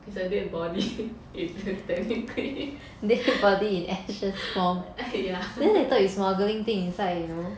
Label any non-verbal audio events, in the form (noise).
it's a dead body (laughs) technically (laughs) ya